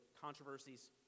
controversies